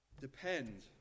Depend